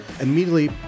immediately